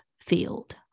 field